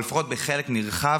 או לפחות בחלק נרחב,